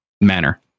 manner